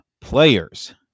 players